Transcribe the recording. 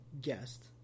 guest